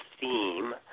theme